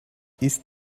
ist